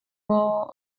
laws